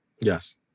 Yes